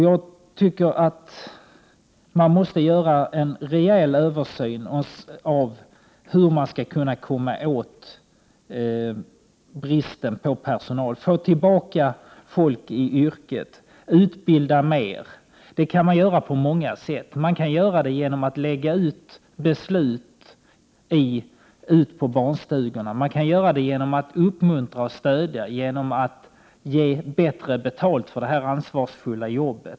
Jag anser att det måste göras en rejäl översyn så att man kan lösa problemet med bristen på personal och få tillbaka folk till yrket. Man måste också utbilda mer. Det kan ske på många sätt. Besluten om utbyggnaden kan t.ex. ske ute på barnstugorna och genom att personalen ges uppmuntran och stöd och bättre betalt för sitt ansvarsfulla jobb.